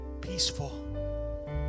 peaceful